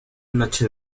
noche